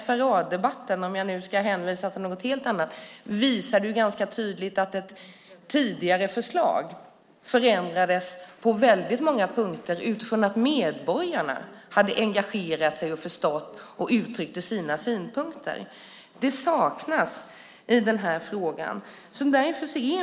FRA-debatten - för att hänvisa till något helt annat - visade ju ganska tydligt att ett tidigare förslag förändrades på väldigt många punkter efter att medborgarna hade engagerat sig och förstått och uttryckt sina synpunkter. Det saknas i den här frågan.